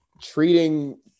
treating